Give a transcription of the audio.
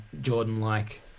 Jordan-like